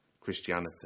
Christianity